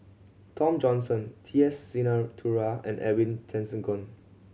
Tom Johnson T S Sinnathuray and Edwin Tessensohn